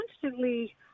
constantly